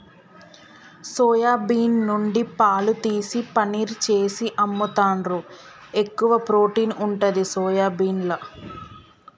soya bean నుండి పాలు తీసి పనీర్ చేసి అమ్ముతాండ్రు, ఎక్కువ ప్రోటీన్ ఉంటది సోయాబీన్ల